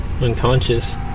unconscious